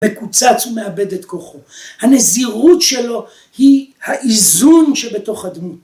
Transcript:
בקוצץ הוא מאבד את כוחו. הנזירות שלו היא האיזון שבתוך הדמות.